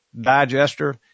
digester